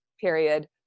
Period